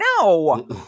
No